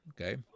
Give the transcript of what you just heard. Okay